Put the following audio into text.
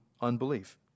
unbelief